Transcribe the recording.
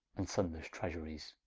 and sum-lesse treasuries